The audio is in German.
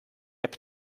app